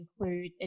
include